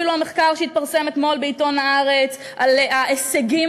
אפילו המחקר שהתפרסם אתמול בעיתון "הארץ" על ההישגים